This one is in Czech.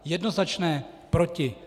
Jednoznačné proti.